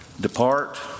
Depart